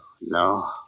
no